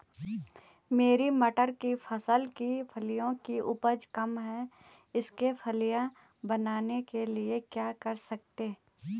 मेरी मटर की फसल की फलियों की उपज कम है इसके फलियां बनने के लिए क्या कर सकते हैं?